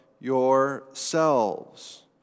yourselves